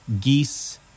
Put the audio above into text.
geese